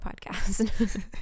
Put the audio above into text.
podcast